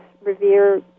revere